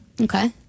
Okay